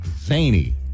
Zany